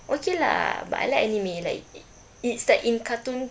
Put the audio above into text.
okay lah but I like anime like it's like in cartoon